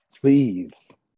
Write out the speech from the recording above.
Please